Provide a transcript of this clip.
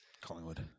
Collingwood